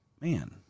man